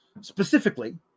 specifically